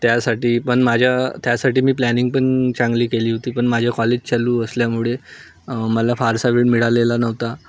त्यासाठी पण माझ्या त्यासाठी मी प्लॅनिंग पण चांगली केली होती पण माझ्या कॉलेज चालू असल्यामुळे मला फारसा वेळ मिळालेला नव्हता